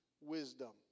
wisdom